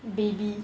baby